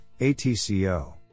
ATCO